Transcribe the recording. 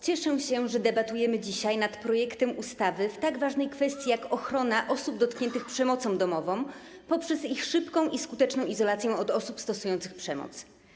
Cieszę się, że debatujemy dzisiaj nad projektem ustawy w tak ważnej kwestii, jak ochrona osób dotkniętych przemocą domową, poprzez ich szybką i skuteczną izolację od osób stosujących przemoc.